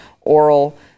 oral